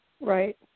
Right